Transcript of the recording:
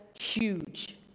huge